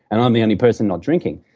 and i'm the only person not drinking.